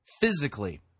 physically